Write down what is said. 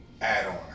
add-on